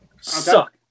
suck